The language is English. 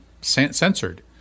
censored